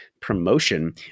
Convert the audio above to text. promotion